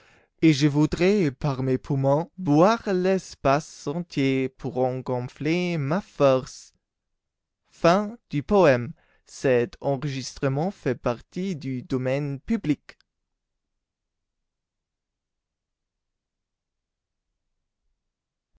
et je voudrais par mes poumons boire l'espace entier pour en gonfler ma force